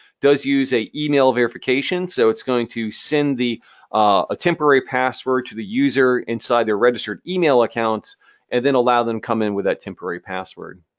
does use a email verification, so it's going to send the ah temporary password to the user inside their registered email account and then allow them to come in with that temporary password.